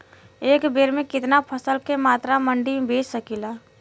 एक बेर में कितना फसल के मात्रा मंडी में बेच सकीला?